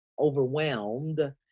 overwhelmed